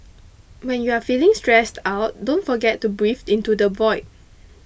when you are feeling stressed out don't forget to breathe into the void